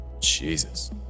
Jesus